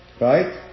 Right